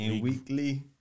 Weekly